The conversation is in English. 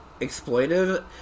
exploitive